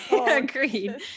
agreed